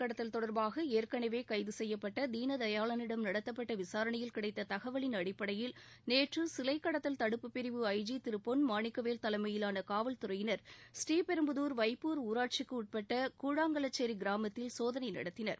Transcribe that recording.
கடத்தல் தொடர்பாக ஏற்கனவே கைது செய்யப்பட்ட தீனதயாளனிடம் நடத்தப்பட்ட சிலை விசாரணையில் கிடைத்த தகவலின் அடிப்படையில் நேற்று சிலை கடத்தல் தடுப்பு பிரிவு ஐ ஜி திரு பொன் மாணிக்கவேல் தலைமையிலான காவல்துறையினர் ஸ்ரீபெரும்புதூர் வைப்பூர் ஊராட்சிக்கு உட்பட்ட கூழாங்கலச்சேரி கிராமத்தில் சோதனை நடத்தினர்